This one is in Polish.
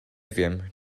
wiem